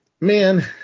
Man